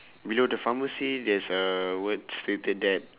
below the pharmacy there's a word stated that